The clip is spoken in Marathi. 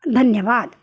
धन्यवाद